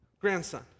grandson